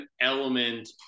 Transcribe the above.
element